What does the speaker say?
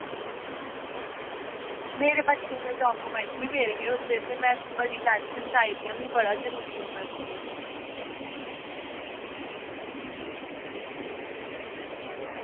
मेरे बच्चें दे डॉक्यूमेट बी पेदे हे ओह्दे च ते में बड़ी टैंशन च आई दी आं मिगी बड़ा जरूरी ऐ पर्स ओह्